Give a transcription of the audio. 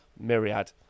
Myriad